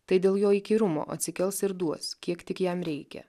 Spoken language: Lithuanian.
tai dėl jo įkyrumo atsikels ir duos kiek tik jam reikia